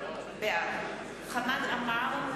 בעד חמד עמאר,